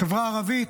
החברה הערבית,